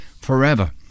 forever